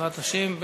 בעזרת השם,